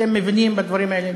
אתם מבינים בדברים האלה,